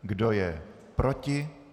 Kdo je proti?